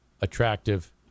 attractive